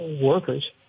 workers